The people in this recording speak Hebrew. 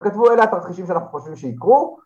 כתבו אלה את התרחישים שאנחנו חושבים שיקרו